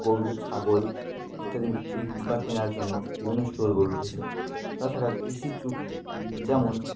গরু ছাগল ইত্যাদি বিক্রি বা কেনার জন্য বিভিন্ন স্টোর গড়ে উঠেছে তাছাড়া কৃষি চুক্তি যেমন